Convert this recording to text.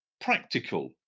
practical